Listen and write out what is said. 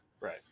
Right